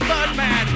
Birdman